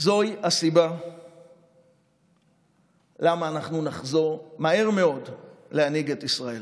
זוהי הסיבה למה אנחנו נחזור מהר מאוד להנהיג את ישראל,